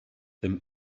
them